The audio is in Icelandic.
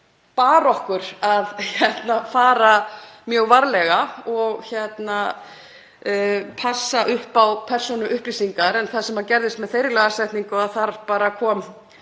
bar okkur að fara mjög varlega og passa upp á persónuupplýsingar en það sem gerðist með þeirri lagasetningu var að þar kom